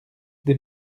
des